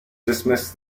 dismissed